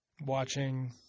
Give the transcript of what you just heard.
watching